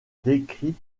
décrits